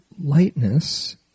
lightness